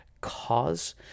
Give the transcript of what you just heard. cause